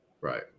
Right